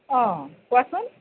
অঁ কোৱাচোন